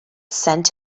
sent